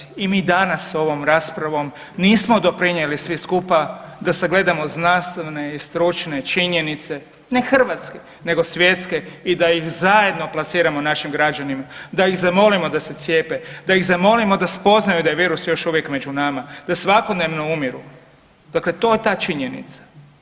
I mi danas ovom raspravom nismo doprinijeli svi skupa da sagledamo znanstvene i stručne činjenice ne hrvatske nego svjetske i da ih zajedno plasiramo našim građanima, da ih zamolimo da se cijepe, da ih zamolimo da spoznaju da je virus još među nama, da svakodnevno umiru, dakle to je ta činjenica.